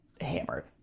hammered